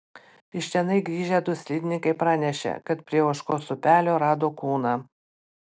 iš tenai grįžę du slidininkai pranešė kad prie ožkos upelio rado kūną